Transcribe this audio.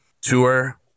tour